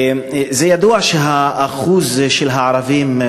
ידוע שהאחוז של הערבים,